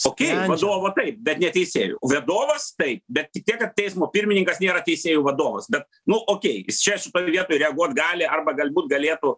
okei vadovo taip bet ne teisėjų vadovas taip bet tik tiek kad teismo pirmininkas nėra teisėjų vadovas bet nu okei jis čia šitoj vietoj reaguot gali arba galbūt galėtų